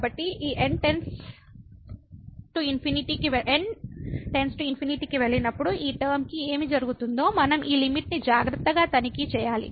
కాబట్టి n→∞ కి వెళ్ళినప్పుడు ఈ టర్మ కి ఏమి జరుగుతుందో మనం ఈ లిమిట్ ని జాగ్రత్తగా తనిఖీ చేయాలి